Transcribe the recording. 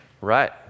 Right